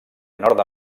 nord